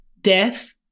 death